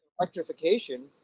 electrification